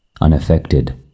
unaffected